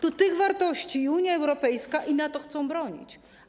To tych wartości Unia Europejska i NATO chcą bronić.